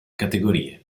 categorie